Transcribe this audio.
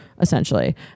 essentially